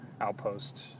Outpost